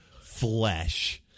flesh